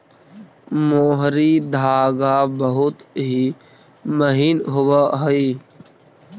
मोहरी धागा बहुत ही महीन होवऽ हई